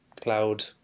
cloud